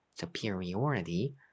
superiority